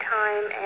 time